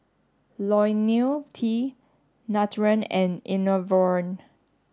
Ionil T Nutren and Enervon